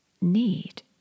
need